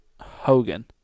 Hogan